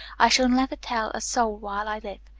i shall never tell a soul while i live.